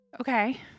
okay